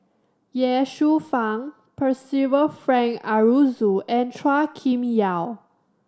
Ye Shufang Percival Frank Aroozoo and Chua Kim Yeow